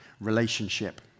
relationship